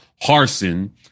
Harson